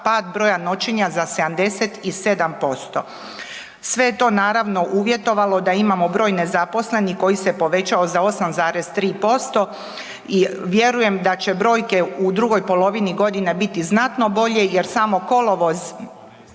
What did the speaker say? čak pad broja noćenja za 77%. Sve je to naravno uvjetovalo da imamo broj nezaposlenih koji se povećao za 8,3% i vjerujem da će brojke u drugoj polovini godine biti znatno bolje jer samo kolovoz